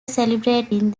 celebrating